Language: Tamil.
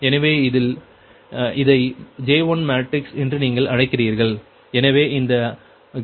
எனவே இதில் இதை J1 மேட்ரிக்ஸ் என்று நீங்கள் அழைக்கிறீர்கள் எனவே இந்த ik ik